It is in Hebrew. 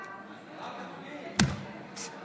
נגד גלית דיסטל אטבריאן,